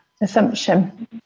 assumption